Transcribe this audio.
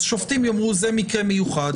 אז שופטים יאמרו שזה מקרה מיוחד,